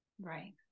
Right